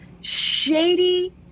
shady